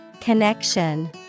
Connection